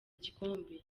igikombe